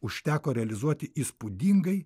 užteko realizuoti įspūdingai